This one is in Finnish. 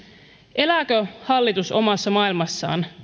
elääkö hallitus omassa maailmassaan